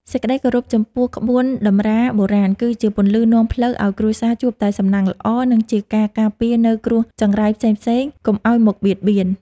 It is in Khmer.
សេចក្តីគោរពចំពោះក្បួនតម្រាបុរាណគឺជាពន្លឺនាំផ្លូវឱ្យគ្រួសារជួបតែសំណាងល្អ និង ជាការការពារនូវគ្រោះចង្រៃផ្សេងៗកុំឱ្យមកបៀតបៀន។